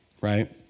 Right